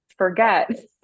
forget